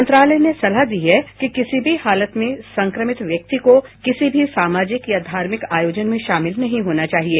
मंत्रालय ने सलाह दी है कि किसी भी हालत में संक्रमित व्यक्ति को किसी भी सामाजिक या धार्मिक आयोजन में शामिल नहीं होना चाहिए